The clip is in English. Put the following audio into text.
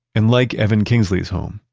and like evan kingsley's home,